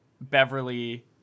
Beverly